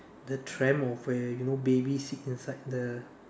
the tramp of where you know baby sit inside the